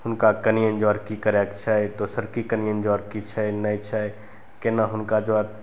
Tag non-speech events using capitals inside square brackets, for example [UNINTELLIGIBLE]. हुनका [UNINTELLIGIBLE] की करयके छै दोसर [UNINTELLIGIBLE] की छै नहि छै केना हुनका